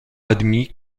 admis